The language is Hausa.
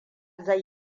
zai